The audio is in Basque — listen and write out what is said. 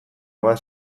bat